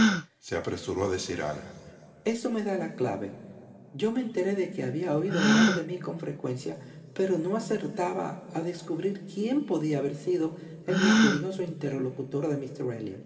elliotse apresuró a decir ana eso me da la clave yo me enteré de que había oído hablar de mí con frecuencia pero no acertaba a descubrir quién podía haber sido el misterioso interlocutor de